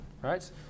right